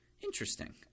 Interesting